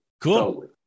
Cool